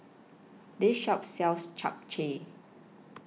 This Shop sells Chap Chai